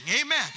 Amen